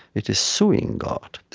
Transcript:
it is suing god.